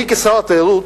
כשר התיירות,